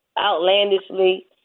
outlandishly